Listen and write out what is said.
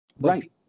Right